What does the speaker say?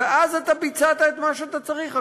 ואז אתה ביצעת את מה שאתה צריך,